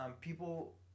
people